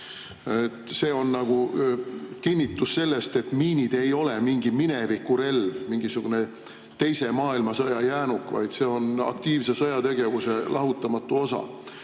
See on nagu kinnitus selle kohta, et miinid ei ole mingi minevikurelv, mingisugune teise maailmasõja jäänuk, vaid nad on aktiivse sõjategevuse lahutamatu osa. Kui